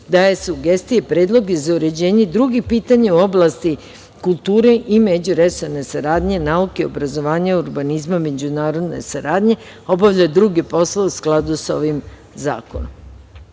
daje sugestije i predloge za uređenje drugih pitanja u oblasti kulture i međuresorne saradnje, nauke, obrazovanja, urbanizma, međunarodne saradnje, obavlja druge poslove u skladu sa ovim zakonom. To